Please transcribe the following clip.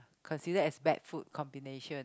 consider as bare food combination